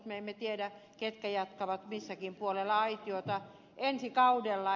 me emme tiedä ketkä jatkavat missäkin puolella aitiota ensi kaudella